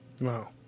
Wow